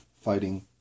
fighting